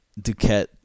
Duquette